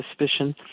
suspicion